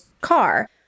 car